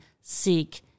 seek